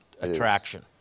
attraction